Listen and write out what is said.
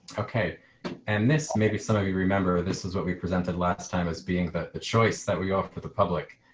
okay and this may be some of you remember this is what we presented last time as being that the choice that we offer the public